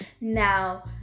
Now